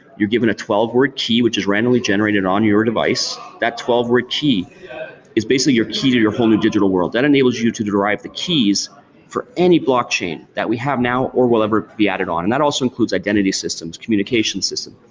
you're given a twelve word key which is randomly generated on your device. that twelve word key is basically your key to your whole new digital world. that enables you to derive the keys for any blockchain that we have now, or will ever be added on and that also includes identity systems, communication system.